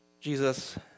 Jesus